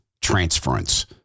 transference